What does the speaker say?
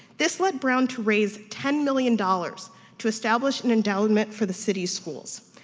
this led brown to raise ten million dollars to establish an endowment for the city schools.